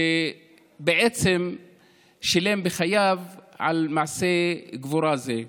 כשבעצם שילם בחייו על מעשה גבורה זה.